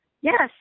yes